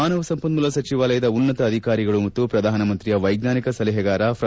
ಮಾನವ ಸಂಪನ್ನೂಲ ಸಚಿವಾಲಯದ ಉನ್ನತ ಅಧಿಕಾರಿಗಳು ಮತ್ತು ಪ್ರಧಾನ ಮಂತ್ರಿಯ ವೈಜ್ವಾನಿಕ ಸಲಹೆಗಾರ ಪ್ರೊ